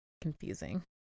confusing